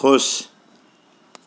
खुश